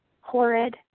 horrid